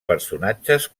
personatges